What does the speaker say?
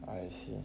I see